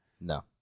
no